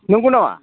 नंगौनामा